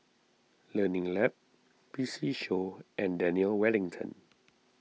Learning Lab P C Show and Daniel Wellington